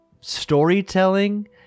storytelling